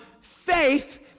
faith